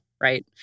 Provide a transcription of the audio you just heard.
Right